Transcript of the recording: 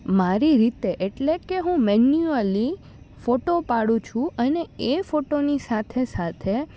મારી રીતે એટલે કે હું મેન્યુઅલી ફોટો પાડું છું અને એ ફોટોની સાથે સાથે